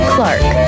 Clark